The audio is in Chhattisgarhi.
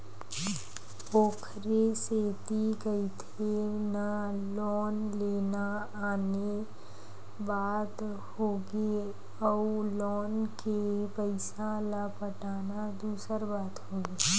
ओखरे सेती कहिथे ना लोन लेना आने बात होगे अउ लोन के पइसा ल पटाना दूसर बात होगे